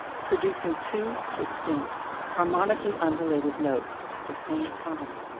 producing two distinct, harmonically unrelated notes at the same time,